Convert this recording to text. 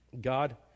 God